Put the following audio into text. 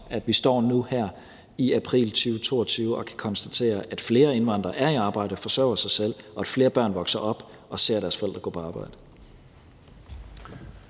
at vi står nu her i april 2022 og kan konstatere, at flere indvandrere er i arbejde og forsørger sig selv, og at flere børn vokser op og ser deres forældre gå på arbejde.